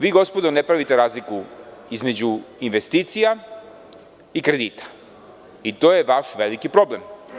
Vi, gospodo, ne pravite razliku između investicija i kredita i to je vaš veliki problem.